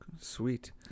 sweet